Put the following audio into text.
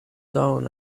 down